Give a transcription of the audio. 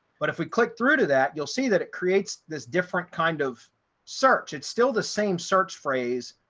but if we click through to that, you'll see that it creates this different kind of search. it's still the same search phrase,